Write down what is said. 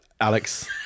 alex